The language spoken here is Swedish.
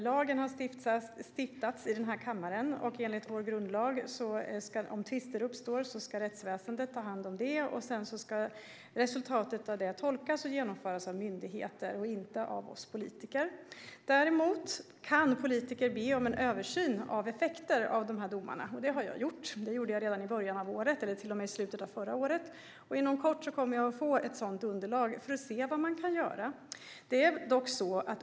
Lagen har stiftats i den här kammaren, och om tvister uppstår ska rättsväsendet enligt vår grundlag ta hand om det och sedan ska resultatet av det tolkas och genomföras av myndigheter och inte av oss politiker. Däremot kan politiker be om en översyn av effekter av de här domarna. Och det har jag gjort. Det gjorde jag redan i slutet av förra året. Och inom kort kommer jag att få ett underlag för att se vad man kan göra.